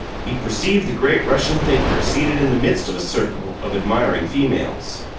he perceived the great russian thinker seated in the midst of a circle of admiring females.